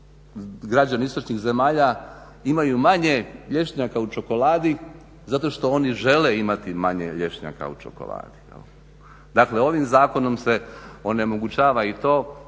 građani istočnih zemalja imaju manje lješnjaka u čokoladi zato što oni žele imati manje lješnjaka u čokoladi jel'. Dakle, ovim zakonom se onemogućava i to